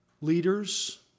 leaders